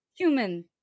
Human